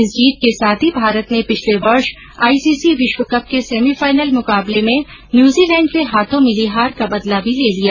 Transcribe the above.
इस जीत के साथ ही भारत ने पिछले वर्ष आईसीसी विश्वकप के सेमीफाइनल मुकाबले में न्यूजीलैंड के हाथों मिली हार का बदला भी ले लिया